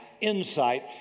insight